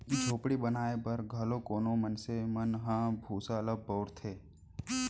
झोपड़ी बनाए बर घलौ कोनो मनसे मन ह भूसा ल बउरथे